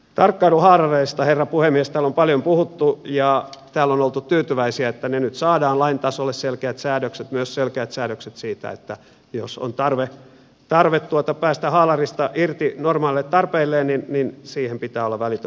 tarkkailuhaalareista herra puhemies täällä on paljon puhuttu ja täällä on oltu tyytyväisiä että nyt saadaan lain tasolle selkeät säädökset myös selkeät säädökset siitä että jos on tarve päästä haalarista irti normaaleille tarpeilleen niin siihen pitää olla välitön mahdollisuus